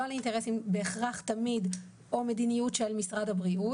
לא על אינטרסים בהכרח תמיד או על מדיניות של משרד הבריאות